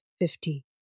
fifty